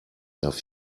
darf